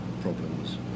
problems